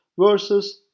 versus